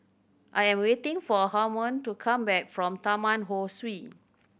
I am waiting for Harmon to come back from Taman Ho Swee